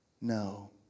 No